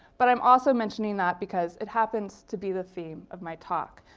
but i'm also mentioning that because it happens to be the theme of my talk.